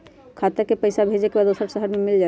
खाता के पईसा भेजेए के बा दुसर शहर में मिल जाए त?